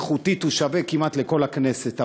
איכותית הוא שווה כמעט לכל הכנסת,